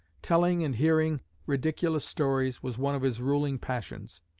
telling and hearing ridiculous stories was one of his ruling passions.